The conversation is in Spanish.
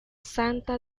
santa